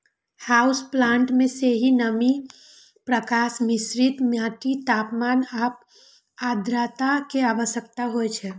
house plant कें सही नमी, प्रकाश, मिश्रित माटि, तापमान आ आद्रता के आवश्यकता होइ छै